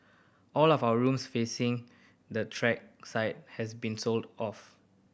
all of our rooms facing the track side has been sold out